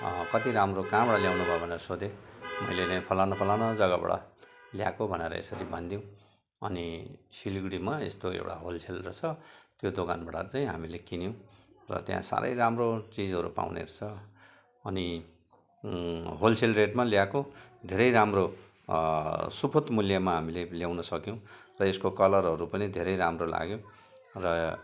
कति राम्रो कहाँबाट ल्याउनुभयो भनेर सोधे मैले नि फलानो फलानो जग्गाबाट ल्याएको भनेर यसरी भनिदिएँ अनि सिलिगुडीमा यस्तो एउटा होलसेल रहेछ त्यो दोकानबाट चाहिँ हामीले किन्यौँ र त्यहाँ साह्रै राम्रो चिजहरू पाउने रहेछ अनि होलसेल रेटमा ल्याएको धेरै राम्रो सुपथ मूल्यमा हामीले ल्याउन सक्यौँ र यसको कलरहरू पनि धेरै राम्रो लाग्यो र